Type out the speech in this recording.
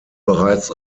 bereits